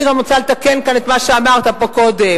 אני גם רוצה לתקן כאן את מה שאמרת פה קודם,